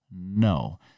No